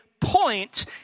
point